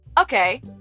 Okay